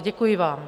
Děkuji vám.